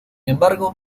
embargo